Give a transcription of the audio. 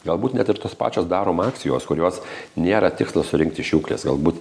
galbūt net ir tos pačios darom akcijos kurios nėra tikslas surinkti šiukšles galbūt